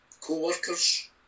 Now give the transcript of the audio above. co-workers